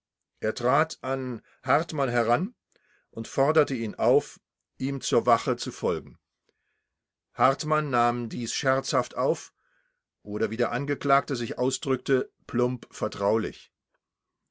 er trat an hartmann heran und forderte ihn auf ihm zur wache zu folgen hartmann nahm dies scherzhaft auf oder wie der angeklagte sich ausdrückte plump vertraulich